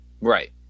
Right